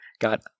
got